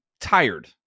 tired